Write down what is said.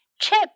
Chip